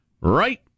Right